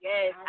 Yes